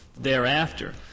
thereafter